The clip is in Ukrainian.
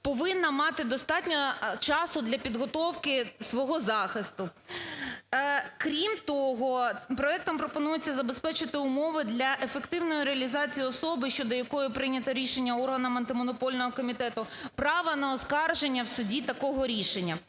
повинна мати достатньо часу для підготовки свого захисту. Крім того, проектом пропонується забезпечити умови для ефективної реалізації особи, щодо якої прийнято рішення органами Антимонопольного комітету, права на оскарження в суді такого рішення.